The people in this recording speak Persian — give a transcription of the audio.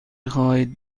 خواهید